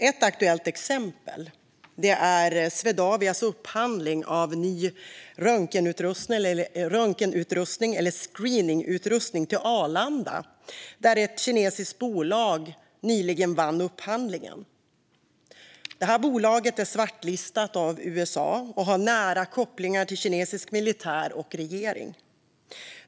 Ett aktuellt exempel är Swedavias upphandling av ny röntgenutrustning, eller screeningutrustning, till Arlanda nyligen. Ett kinesiskt bolag vann upphandlingen. Det här bolaget är svartlistat av USA och har nära kopplingar till kinesisk militär och regering.